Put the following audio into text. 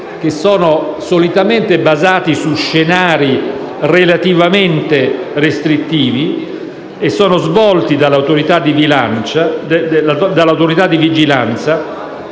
che sono solitamente basati su scenari relativamente restrittivi e sono svolti dall'Autorità di vigilanza.